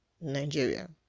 nigeria